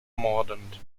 mordant